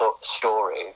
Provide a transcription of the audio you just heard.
story